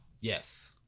Yes